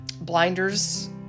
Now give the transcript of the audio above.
blinders